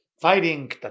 fighting